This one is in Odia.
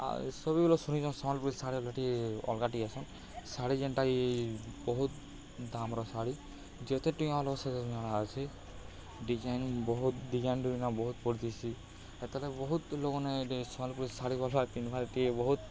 ଆଉ ସବିବେ ଶୁଣିଛନ୍ ସମ୍ବଲପୁରୀ ଶାଢ଼ୀ ଅଲଗାଟିଏସନ୍ ଶାଢ଼ୀ ଯେନ୍ଟାକି ବହୁତ ଦାମର ଶାଢ଼ୀ ଯେତେଟିିକ ଅଲ ସେ ଅଛି ଡିଜାଇନ ବହୁତ ଡିଜାଇନ ବିଭିନ୍ନ ବହୁତ ପଡ଼ଥିସି ଏତଳେ ବହୁତ ଲୋକମାନେ ଏଠି ସମ୍ବଲପୁରୀ ଶାଢ଼ୀ ଗଲବା ଭାର ଟିକେ ବହୁତ